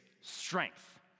strength